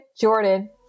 Jordan